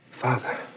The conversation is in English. father